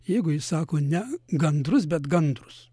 jeigu jis sako ne gandrus bet gandrus